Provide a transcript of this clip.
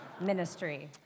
ministry